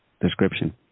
description